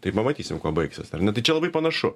tai pamatysim kuo baigsis ar ne tai čia labai panašu